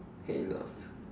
I had enough